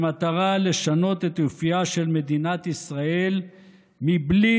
במטרה לשנות את אופייה של מדינת ישראל בלי